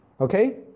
Okay